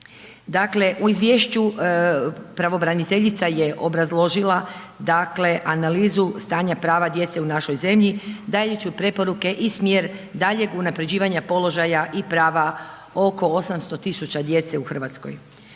Dakle, u izvješću pravobraniteljica je obrazložila, dakle, analizu stanja prava djece u našoj zemlji dajući preporuke i smjer daljnjeg unaprjeđivanja položaja i prava oko 800 000 djece u RH.